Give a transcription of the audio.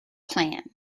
klan